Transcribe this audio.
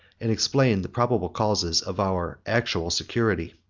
and explain the probable causes of our actual security.